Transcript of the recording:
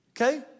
Okay